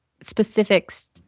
specifics